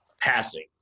passing